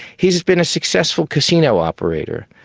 he has been a successful casino operator.